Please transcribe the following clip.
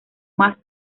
más